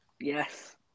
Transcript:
Yes